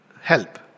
help